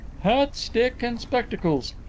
hat, stick and spectacles.